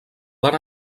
van